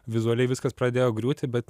vizualiai viskas pradėjo griūti bet